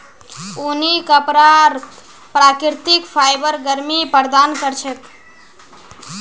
ऊनी कपराक प्राकृतिक फाइबर गर्मी प्रदान कर छेक